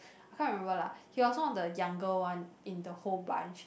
I can't remember lah he was one of the younger one in the whole bunch